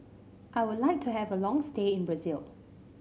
I would like to have a long stay in Brazil